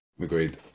Agreed